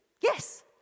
Yes